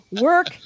Work